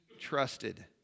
trusted